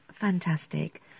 fantastic